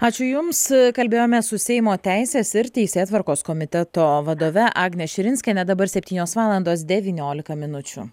ačiū jums kalbėjome su seimo teisės ir teisėtvarkos komiteto vadove agne širinskiene dabar septynios valandos devyniolika minučių